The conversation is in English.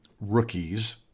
rookies